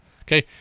Okay